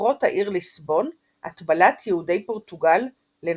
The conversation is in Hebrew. בכיכרות העיר ליסבון – הטבלת יהודי פורטוגל לנצרות.